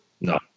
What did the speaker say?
No